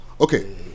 Okay